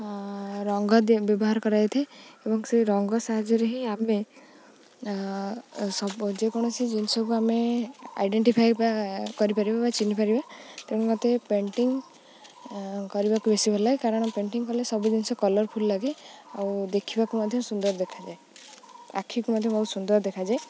ରଙ୍ଗ ବ୍ୟବହାର କରାଯାଇଥାଏ ଏବଂ ସେ ରଙ୍ଗ ସାହାଯ୍ୟରେ ହିଁ ଆମେ ସୁ ଯେକୌଣସି ଜିନିଷକୁ ଆମେ ଆଇଡେଣ୍ଟିଫାଏ ବା କରିପାରିବା ବା ଚିହ୍ନି ପାରିବା ତେଣୁ ମୋତେ ପେଣ୍ଟିଂ କରିବାକୁ ବେଶୀ ଭଲ ଲାଗେ କାରଣ ପେଣ୍ଟିଂ କଲେ ସବୁ ଜିନିଷ କଲର୍ଫୁଲ୍ ଲାଗେ ଆଉ ଦେଖିବାକୁ ମଧ୍ୟ ସୁନ୍ଦର ଦେଖାଯାଏ ଆଖିକୁ ମଧ୍ୟ ବହୁତ ସୁନ୍ଦର ଦେଖାଯାଏ